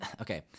okay